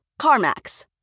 CarMax